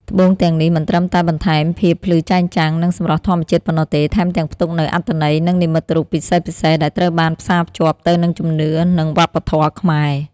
ត្បូងទាំងនេះមិនត្រឹមតែបន្ថែមភាពភ្លឺចែងចាំង និងសម្រស់ធម្មជាតិប៉ុណ្ណោះទេ ថែមទាំងផ្ទុកនូវអត្ថន័យ និងនិមិត្តរូបពិសេសៗ ដែលត្រូវបានផ្សារភ្ជាប់ទៅនឹងជំនឿ និងវប្បធម៌ខ្មែរ។